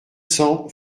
cents